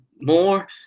more